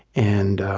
and